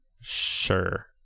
Sure